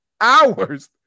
hours